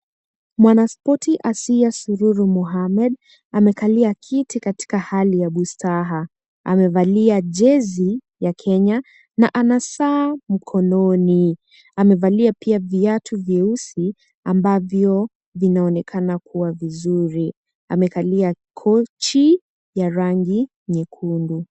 Mwanaspoti asiye Sururu Muhamed amekalia kiti katika hali ya bustaha. Amevalia jezi ya Kenya na ana saa mkononi. Amevalia pia viatu vyeusi ambavyo vinaonekana kuwa vizuri. Amekalia kochi ya rangi nyekundu.